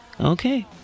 Okay